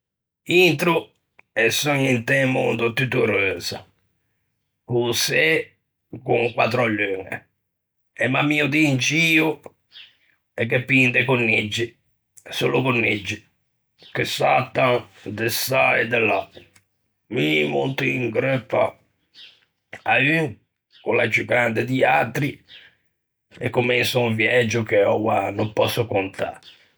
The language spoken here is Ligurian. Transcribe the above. Intro e son int'un mondo tutto reusa, co-o çê con quattro luñe, e m'ammio d'in gio e gh'é pin de coniggi, solo coniggi, che satan de sà e de là; mi monto in gròppa à un che o l'é ciù grande di atri e comenso un viægio che oua no pòsso contâ.